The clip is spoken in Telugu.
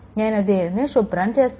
నేను దీనిని శుభ్రం చేస్తాను